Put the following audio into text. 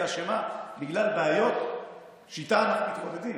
אשמה בגלל בעיות שאיתן אנחנו מתמודדים,